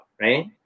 right